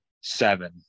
seven